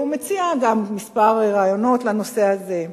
הוא מציע גם כמה רעיונות בנושא הזה.